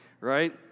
right